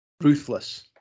ruthless